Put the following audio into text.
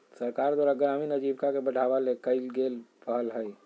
सरकार द्वारा ग्रामीण आजीविका के बढ़ावा ले कइल गेल पहल हइ